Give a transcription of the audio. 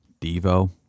Devo